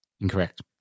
Incorrect